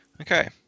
okay